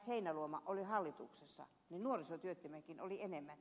heinäluoma oli hallituksessa nuorisotyöttömiäkin oli enemmän